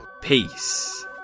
peace